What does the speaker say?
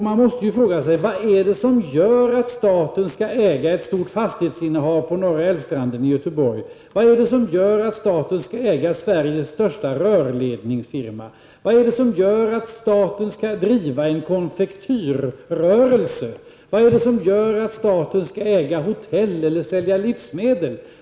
Man måste ju fråga: Vad är det som gör att staten skall äga ett stort fastighetsinnehav på Norra älvstranden i Göteborg? Vad är det som gör att staten skall äga Sveriges största rörledningsfirma? Vad är det som gör att staten skall driva en konfektyrrörelse? Vad är det som gör att staten skall äga hotell eller sälja livsmedel?